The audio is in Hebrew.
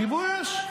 כיבוי אש.